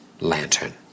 Lantern